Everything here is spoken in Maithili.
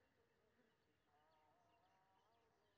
गैर बैंकिंग सेवा की होय छेय?